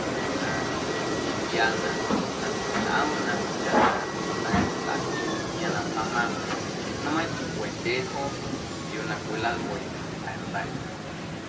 Oo na nñequiaanaꞌ na tꞌmaⁿ nꞌomna chaꞌ na nnda̱a̱ nlꞌatina tsꞌiaaⁿ na wjaamaaⁿ nmeiⁿꞌ wendyee joo yuu na cwilalꞌue ta̱nda̱ꞌ.